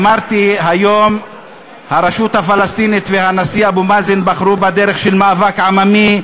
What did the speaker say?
אמרתי: היום הרשות הפלסטינית והנשיא אבו מאזן בחרו בדרך של מאבק עממי,